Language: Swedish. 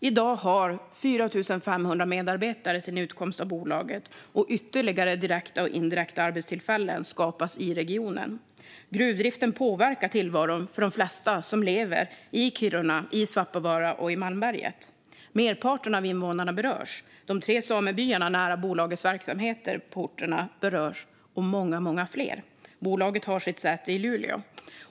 I dag har 4 500 medarbetare sin utkomst av bolaget, och ytterligare direkta och indirekta arbetstillfällen skapas i regionen. Gruvdriften påverkar tillvaron för de flesta som lever i Kiruna, Svappavaara och Malmberget. Merparten av invånarna, de tre samebyarna nära bolagets verksamheter på orterna och många fler berörs. Bolaget har sitt säte i Luleå.